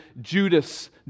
Judas